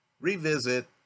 Revisit